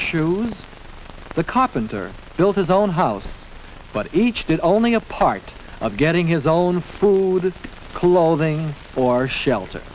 shoe the carpenter built his own house but each did only a part of getting his own food clothing or shelter